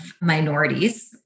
minorities